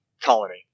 colony